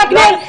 וגנר,